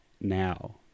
now